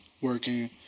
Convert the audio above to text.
working